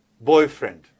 boyfriend